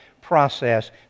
process